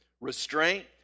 restraint